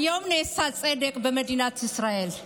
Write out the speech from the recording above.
היום נעשה צדק במדינת ישראל.